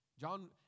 John